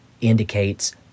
indicates